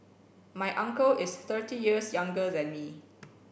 my uncle is thirty years younger than me